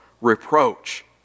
reproach